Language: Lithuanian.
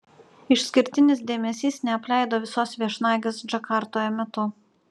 išskirtinis dėmesys neapleido visos viešnagės džakartoje metu